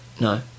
No